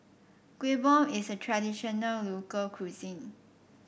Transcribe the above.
Kueh Bom is a traditional local cuisine